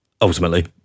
Ultimately